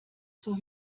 zur